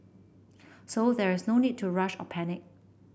so there is no need to rush or panic